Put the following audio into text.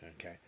Okay